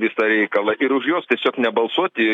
visą reikalą ir už juos tiesiog nebalsuoti